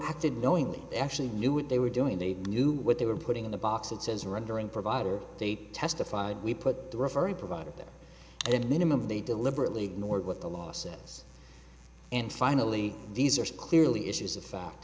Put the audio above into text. acted knowingly they actually knew what they were doing they knew what they were putting in the box it says rendering provider they testified we put the referral provider there and then minimum they deliberately ignored what the law says and finally these are clearly issues of fact